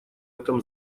этом